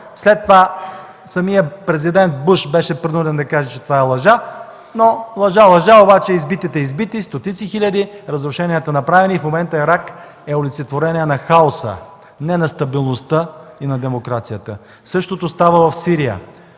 След това самият президент Буш беше принуден да каже, че това е лъжа. Но лъжа, лъжа, обаче избитите – избити, стотици хиляди, разрушения направени и в момента Ирак е олицетворение на хаоса, не на стабилността и на демокрацията. Същото става в Сирия